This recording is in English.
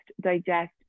digest